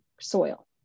soil